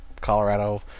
Colorado